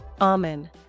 Amen